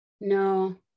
no